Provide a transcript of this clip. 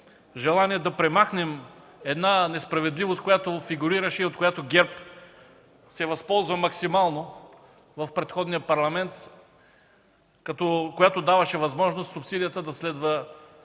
желание да премахнем една несправедливост, която фигурираше и от която ГЕРБ се възползва максимално в предходния парламент, която даваше възможност субсидията да следва